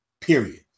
period